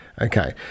Okay